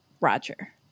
Roger